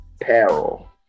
Peril